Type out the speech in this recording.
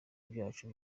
byacu